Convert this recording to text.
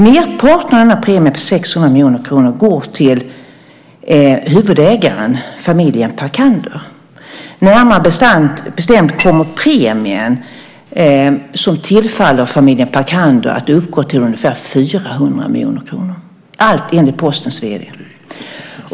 Merparten av premien på 600 miljoner kronor går till huvudägaren, familjen Parkander. Närmare bestämt kommer premien som tillfaller familjen Parkander att uppgå till ungefär 400 miljoner kronor - allt enligt Postens vd.